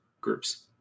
groups